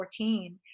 2014